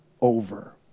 over